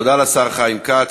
תודה לשר חיים כץ.